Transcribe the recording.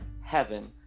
heaven